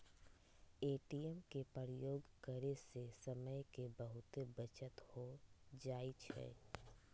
ATM के प्रयोग करे से समय के बहुते बचत हो जाइ छइ